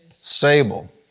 stable